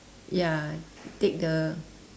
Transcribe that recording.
ya take the